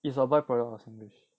it's a byproduct of singlish